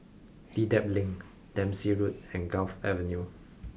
Dedap Link Dempsey Road and Gul Avenue